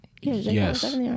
Yes